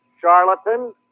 Charlatan